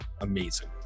Amazing